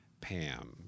Pam